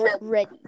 Ready